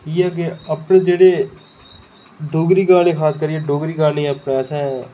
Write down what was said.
इ'यै की आपूं जेह्ड़े डोगरी गाने दे खातिर जां डोगरी गाने जेह्के असें